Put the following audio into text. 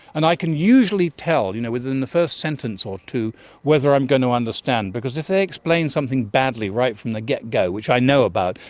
and i can usually tell you know within the first sentence or two whether i am going to understand, because if they explain something badly right from the get-go which i know about,